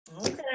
Okay